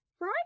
Right